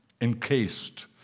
encased